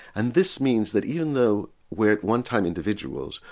and this means that even though we're at one time individuals,